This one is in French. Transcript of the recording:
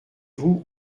vous